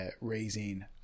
raising